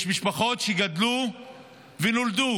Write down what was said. יש משפחות שגדלו ושלמדו